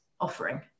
offering